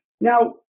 Now